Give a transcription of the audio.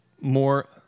more